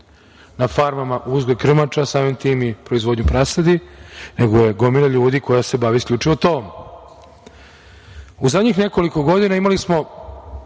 na farmama uzgoj krmača, samim tim i proizvodnju prasadi, nego je gomila ljudi koja se bavi isključivo tovom.U zadnjih nekoliko godina imali smo